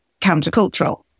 countercultural